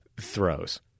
throws